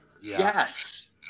Yes